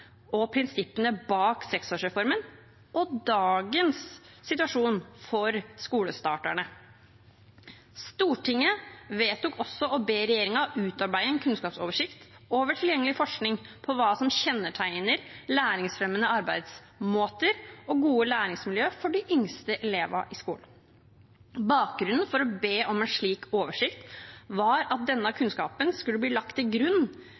og prinsippene bak seksårsreformen og dagens situasjon for skolestarterne. Stortinget vedtok også å be regjeringen utarbeide en kunnskapsoversikt over tilgjengelig forskning på hva som kjennetegner læringsfremmende arbeidsmåter og gode læringsmiljø for de yngste elevene i skolen. Bakgrunnen for å be om en slik oversikt var at denne kunnskapen skulle bli lagt til grunn